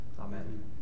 Amen